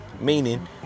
Meaning